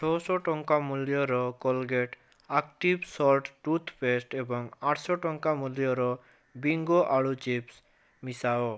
ଛଅଶହ ଟଙ୍କା ମୂଲ୍ୟର କୋଲଗେଟ ଆକ୍ଟିଭ୍ ସଲ୍ଟ୍ ଟୁଥ୍ପେଷ୍ଟ୍ ଏବଂ ଆଠଶହ ଟଙ୍କା ମୂଲ୍ୟର ବିଙ୍ଗୋ ଆଳୁ ଚିପ୍ସ୍ ମିଶାଅ